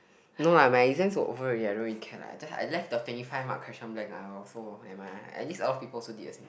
no lah my exams were over already I don't really care lah I just I left the twenty five mark question blank ah I also never mind lah at least a lot of people also did the same